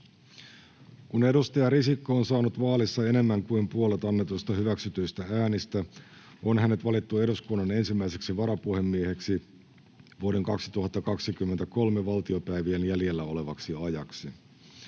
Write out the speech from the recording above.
Kun Paula Risikko on saanut vaalissa enemmän kuin puolet annetuista hyväksytyistä äänistä, on hänet valittu eduskunnan ensimmäiseksi varapuhemieheksi vuoden 2023 valtiopäivien jäljellä olevaksi ajaksi.